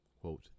Quote